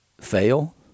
fail